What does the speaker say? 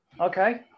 Okay